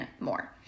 more